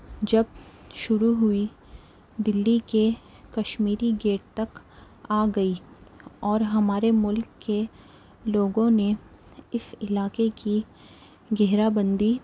جب شروع ہوئی دلی کے کشمیری گیٹ تک آ گئی اور ہمارے ملک کے لوگوں نے اس علاقے کی گھیرا بندی